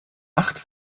acht